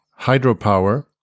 hydropower